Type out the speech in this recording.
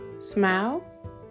Smile